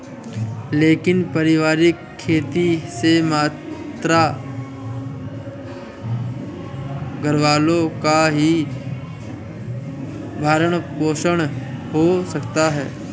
लेकिन पारिवारिक खेती से मात्र घरवालों का ही भरण पोषण हो सकता है